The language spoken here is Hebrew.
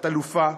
את אלופה.